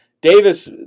Davis